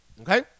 Okay